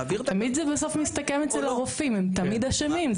תמיד זה בסוף מסתכם אצל הרופאים, הם תמיד אשמים.